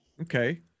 Okay